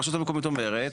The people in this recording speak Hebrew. הרשות המקומית אומרת,